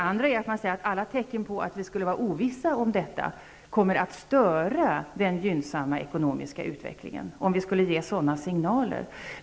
Man säger också att alla tecken på att vi skulle vara ovissa om detta kommer att störa den gynnsamma ekonomiska utvecklingen, om vi skulle ge sådana signaler.